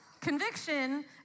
Conviction